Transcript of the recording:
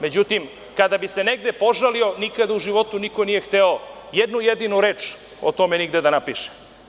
Međutim, kada bi se negde požalio nikada u životu niko nije hteo jednu jedinu reč o tome da napiše.